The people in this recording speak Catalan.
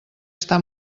està